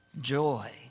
joy